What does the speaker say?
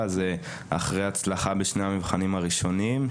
שאחרי הצלחה בשני המבחנים הראשונים,